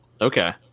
Okay